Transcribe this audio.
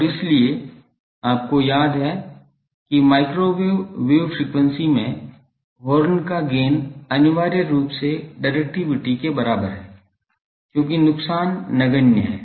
और इसलिए आपको याद है कि माइक्रोवेव वेव फ्रीक्वेंसी में हॉर्न का गेन अनिवार्य रूप से डिरेक्टिविटी के बराबर है क्योंकि नुकसान नगण्य हैं